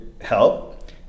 help